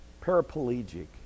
paraplegic